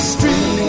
Street